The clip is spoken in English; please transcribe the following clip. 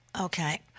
Okay